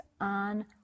on